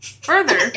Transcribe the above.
Further